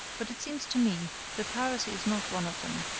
but it seems to me that piracy is not one of them.